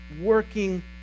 Working